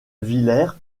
villers